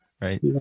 Right